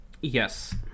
Yes